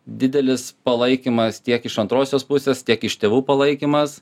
didelis palaikymas tiek iš antrosios pusės tiek iš tėvų palaikymas